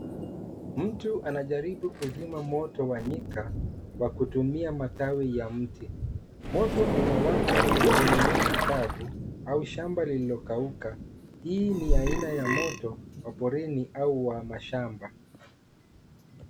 Mtu anajaribu kuzima moto wa nyika kwa kutumia matawi ya mti. Moto unawaka kwenye nyasi kavu au shamba lililokauka. Hii ni aina ya moto wa porini au wa mashamba.